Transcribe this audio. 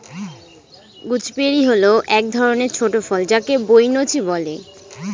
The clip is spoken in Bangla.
গুজবেরি হল এক ধরনের ছোট ফল যাকে বৈনচি বলে